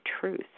truth